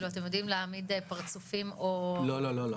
אתם יודעים להעמיד פרצופים מאחורי?